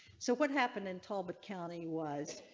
so what happened in talbot county was.